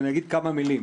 אני אגיד כמה מלים.